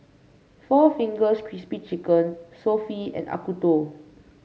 Four Fingers Crispy Chicken Sofy and Acuto